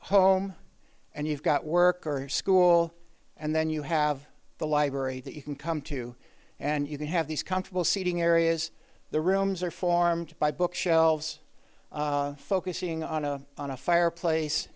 home and you've got work or school and then you have the library that you can come to and you can have these comfortable seating areas the rooms are formed by bookshelves focusing on a on a fireplace